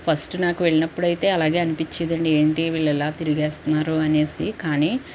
first నాకు వెళ్ళినప్పుడైతే అలాగే అనిపించేదండి ఏంటి వీళ్ళిలాగా తిరిగేస్తున్నారు అనేసి కానీ